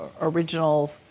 original